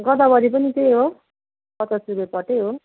गोदावरी पनि त्यही हो पचास रुपियाँ पटै हो